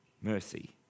mercy